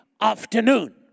afternoon